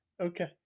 Okay